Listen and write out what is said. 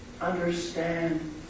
understand